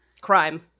Crime